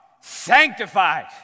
sanctified